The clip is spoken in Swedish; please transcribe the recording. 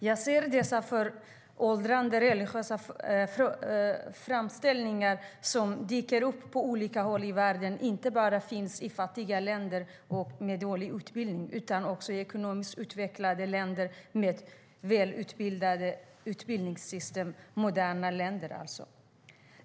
Jag ser att dessa föråldrade religiösa föreställningar som dyker upp på olika håll i världen inte bara finns i fattiga länder med dålig utbildning utan också i ekonomiskt utvecklade länder med moderna utbildningssystem.